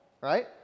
right